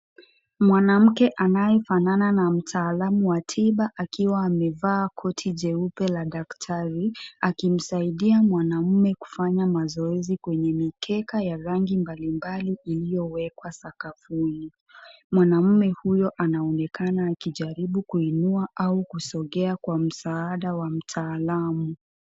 Mwanamke anayefanana na mtaalamu wa tiba akiwa amevaa koti jeupe la daktari, akimsaidia mwanaume kufanya mazoezi kwenye mikeka ya rangi mbalimbali iliyowekwa sakafuni. Mwanaume huyo anaonekana akijaribu kuinua au kusogea kwa msaada wa mtaalamu.